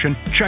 check